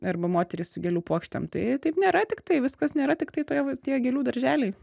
arba moterys su gėlių puokštėm tai taip nėra tiktai viskas nėra tiktai toje tie gėlių darželiai